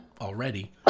already